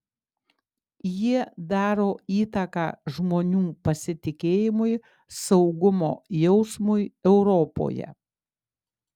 jie daro įtaką žmonių pasitikėjimui saugumo jausmui europoje